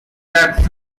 grabbed